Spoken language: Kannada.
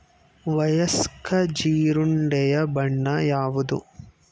ವಯಸ್ಕ ಜೀರುಂಡೆಯ ಬಣ್ಣ ಯಾವುದು?